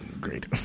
Great